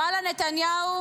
ואללה, נתניהו,